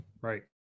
Right